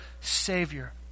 Savior